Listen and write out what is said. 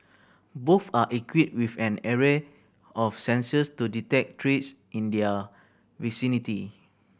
both are equipped with an array of sensors to detect threats in their vicinity